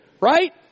right